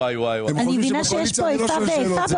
הם חושבים שבקואליציה אני לא שואל שאלות,